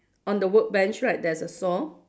on the wood bench right there's a saw